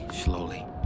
slowly